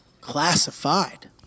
classified